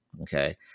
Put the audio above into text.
Okay